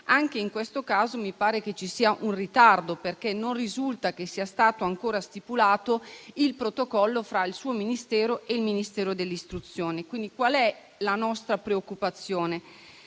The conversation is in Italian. anche in questo caso mi pare che ci sia un ritardo, perché non risulta che sia stato ancora stipulato il protocollo fra il suo Ministero e il Ministero dell'istruzione. La nostra preoccupazione